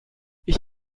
ich